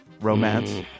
romance